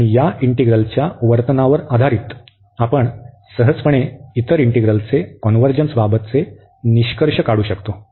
आणि या इंटिग्रलच्या वर्तनावर आधारित आपण सहजपणे इतर इंटिग्रलचे कॉन्व्हर्जन्सबाबतचे निष्कर्ष काढू शकतो